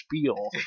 spiel